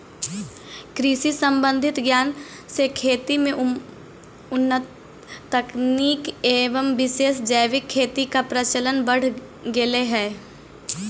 कृषि संबंधित ज्ञान से खेती में उन्नत तकनीक एवं विशेष जैविक खेती का प्रचलन बढ़ गेलई हे